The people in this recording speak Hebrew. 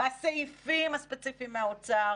בסעיפים הספציפיים מהאוצר,